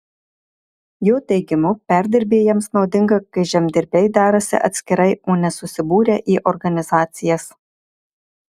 jo teigimu perdirbėjams naudinga kai žemdirbiai derasi atskirai o ne susibūrę į organizacijas